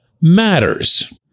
matters